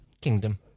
kingdom